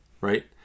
right